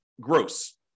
gross